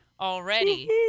already